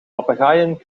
papagaaien